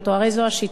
הרי זאת השיטה פה.